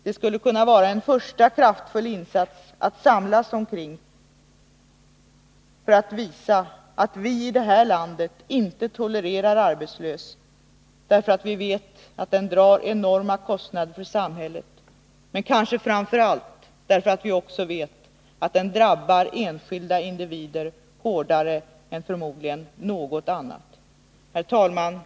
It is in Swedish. Det skulle kunna vara en första kraftfull insats att samlas omkring för att visa att vi i det här landet inte tolerar arbetslöshet därför att vi vet att den drar enorma kostnader för samhället — och kanske framför allt därför att vi vet att den hårdare än förmodligen något annat drabbar enskilda individer. Herr talman!